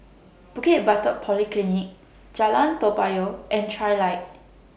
Bukit Batok Polyclinic Jalan Toa Payoh and Trilight